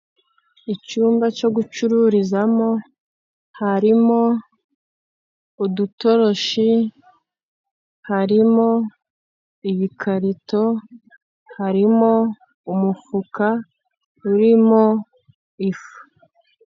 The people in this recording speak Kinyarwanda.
Icyumba cyo gucururizamo: harimo udutoroshi, harimo ibikarito, harimo umufuka urimo ifu.